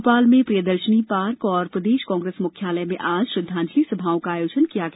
भोपाल में प्रियदर्शनी पार्क और प्रदेश कांग्रेस मुख्यालय में आज श्रद्वांजलि सभाओं का आयोजन हुआ